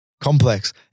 complex